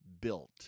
built